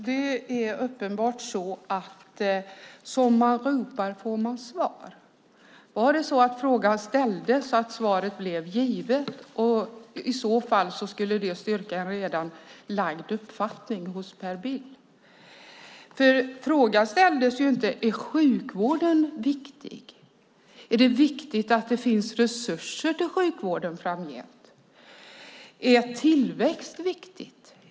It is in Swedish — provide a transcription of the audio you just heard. Fru talman! Det är uppenbart att som man ropar får man svar. Var det så att frågan ställdes så att svaret blev givet? I så fall skulle det styrka en redan lagd uppfattning hos Per Bill. Dessa frågor ställdes inte: Är sjukvården viktig? Är det viktigt att det finns resurser till sjukvården framgent? Är tillväxt viktigt?